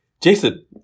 Jason